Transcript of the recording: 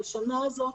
לשנה הזאת,